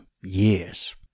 Years